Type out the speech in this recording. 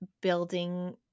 building